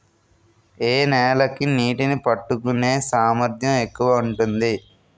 ఏ నేల కి నీటినీ పట్టుకునే సామర్థ్యం ఎక్కువ ఉంటుంది?